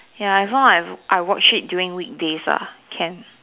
ya if not I would I watch it during weekdays lah can